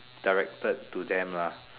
directed to them ah